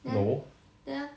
then then